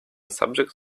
subject